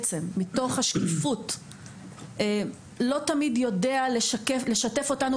לא תמיד יודע לשתף אותנו,